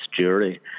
jury